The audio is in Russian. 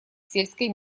сельской